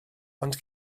ond